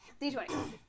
D20